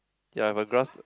ya my grass